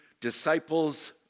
disciples